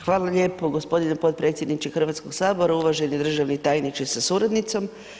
Hvala lijepo gospodine potpredsjedniče Hrvatskog sabora, uvaženi državni tajniče sa suradnicom.